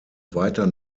weiter